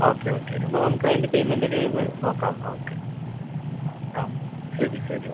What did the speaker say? okay okay എന്നാൽ നമുക്ക് അതിൻ്റെ പേയ്മെൻ്റ് ഒക്കെ ഏത് നോക്കാം ഓക്കെ ആ ശരി ശരി എന്നാൽ